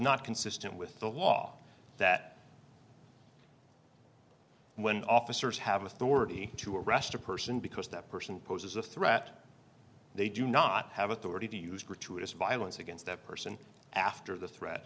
not consistent with the law that when officers have authority to arrest a person because that person poses a threat they do not have authority to use gratuitous violence against that person after the threat